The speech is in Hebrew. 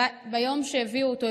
ביום שהביאו אותו,